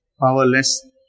Powerless